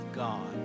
God